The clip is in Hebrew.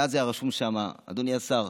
ואז היה רשום שם, אדוני השר: